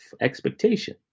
expectation